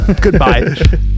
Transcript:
Goodbye